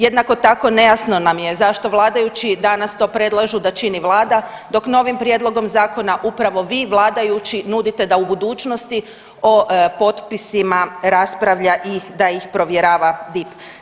Jednako tako nejasno nam je zašto vladajući danas to predlažu da čini vlada dok novim prijedlogom zakona upravo vi vladajući nudite da u budućnosti o potpisima raspravlja i da ih provjerava DIP.